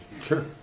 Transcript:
Sure